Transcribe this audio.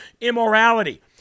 immorality